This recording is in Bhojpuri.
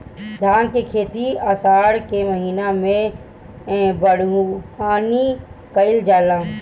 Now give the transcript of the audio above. धान के खेती आषाढ़ के महीना में बइठुअनी कइल जाला?